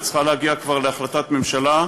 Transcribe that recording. וצריכה כבר להגיע להחלטת ממשלה,